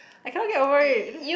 I cannot get over it